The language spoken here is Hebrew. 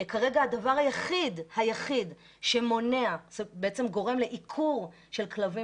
כרגע הדבר היחיד שגורם לעיקור של כלבים